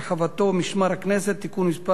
בשיווק השקעות ובניהול תיקי השקעות (תיקון מס'